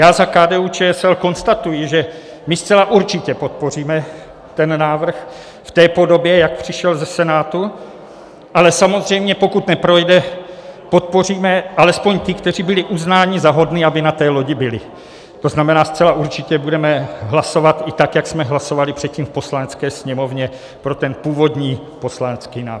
Já za KDUČSL konstatuji, že my zcela určitě podpoříme návrh v té podobě, jak přišel ze Senátu, ale samozřejmě pokud neprojde, podpoříme alespoň ty, kteří byli uznáni za vhodné, aby na té lodi byli, to znamená, že zcela určitě budeme hlasovat i tak, jak jsme hlasovali předtím v Poslanecké sněmovně, pro ten původní poslanecký návrh.